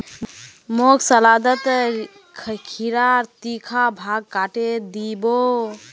मोक सलादत खीरार तीखा भाग काटे दी बो